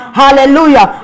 hallelujah